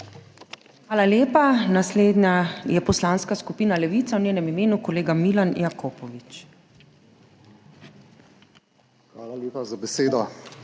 Hvala lepa. Naslednja je poslanska skupina Levica, v njenem imenu kolega Milan Jakopovič. MILAN JAKOPOVIČ